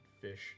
fish